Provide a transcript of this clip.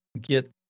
get